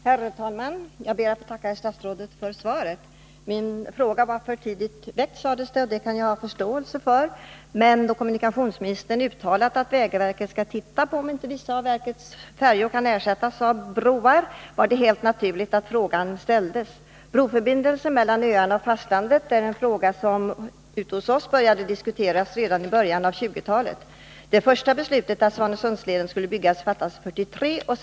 Herr talman! Jag ber att få tacka statsrådet för svaret. Kommunikationsministern menade att min fråga var för tidigt väckt, och det kan jag ha förståelse för. Men då kommunikationsministern uttalat att vägverket skall se om inte vissa av verkets färjor kan ersättas med broar var det helt naturligt att frågan ställdes. Broförbindelse mellan öarna och fastlandet är en fråga som hos oss började diskuteras redan i början av 1920-talet. Det första beslutet att Svanesundsleden skulle byggas fattades 1943.